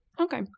Okay